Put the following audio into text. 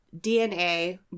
DNA